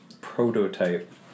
prototype